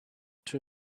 too